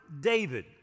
David